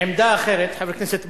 עמדה אחרת, חבר הכנסת ברכה.